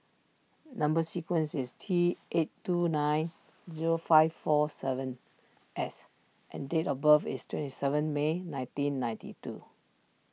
Number Sequence is T eight two nine zero five four seven S and date of birth is twenty seven May nineteen ninety two